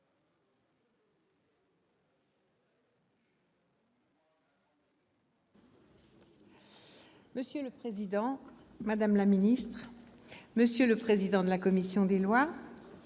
Monsieur le président, madame la ministre, monsieur le président de la commission des lois,